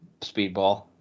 Speedball